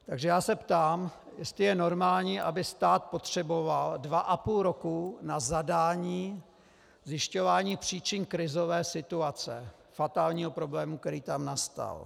Takže já se ptám, jestli je normální, aby stát potřeboval dvaapůl roku na zadání zjišťování příčin krizové situace, fatálního problému, který tam nastal.